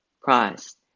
Christ